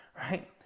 right